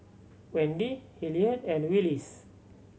Wendi Hilliard and Willis